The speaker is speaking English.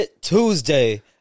Tuesday